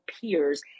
peers